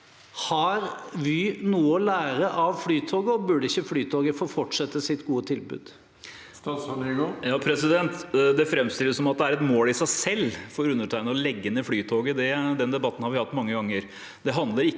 Har Vy noe å lære av Flytoget, og burde ikke Flytoget få fortsette sitt gode tilbud? Statsråd Jon-Ivar Nygård Det framstil- les som at det er et mål i seg selv for undertegnende å legge ned Flytoget. Den debatten har vi hatt mange ganger.